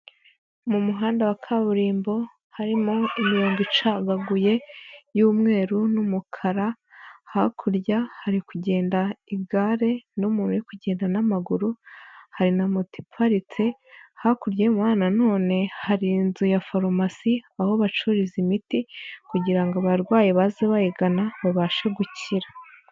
Mu muhanda wa kaburimbo harimo imirongo icagaguye y'umweru n'umukara, hakurya hari kugenda igare n'umuntu uri kugenda n'amaguru, hari na moti iparitse, hakurya y'umuhanda nanone hari inzu ya farumasi aho bacururiza imiti kugira ngo abarwayi baze bayigana babashe gukira.